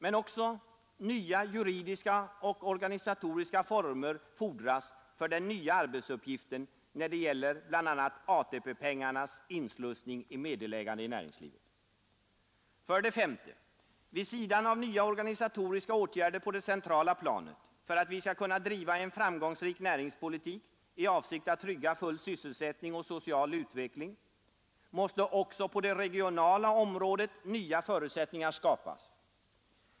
Men också nya juridiska och organisatoriska former fordras för den nya arbetsuppgiften, när det gäller bl.a. ATP-pengarnas inslussning i meddelägande i näringslivet. 5. Vid sidan av nya organisatoriska åtgärder på det centrala planet för att vi skall kunna driva en framgångsrik näringspolitik i avsikt att trygga full sysselsättning och social utveckling måste också på det regionala området nya förutsättningar skapas.